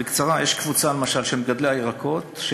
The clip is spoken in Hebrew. של מגדלי הירקות,